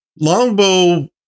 Longbow